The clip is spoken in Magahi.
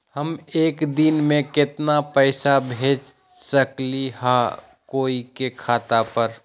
हम एक दिन में केतना पैसा भेज सकली ह कोई के खाता पर?